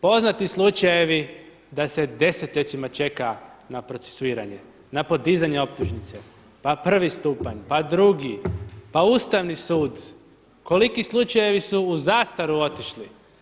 Poznati slučajevi da se desetljećima čeka na procesuriranje, na podizanje optužnice, pa prvi stupanj, pa drugi, pa Ustavni sud, koliki slučajevi su u zastaru otišli.